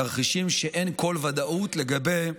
תרחישים שאין כל ודאות לגבי התממשותם.